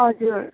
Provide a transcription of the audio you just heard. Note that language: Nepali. हजुर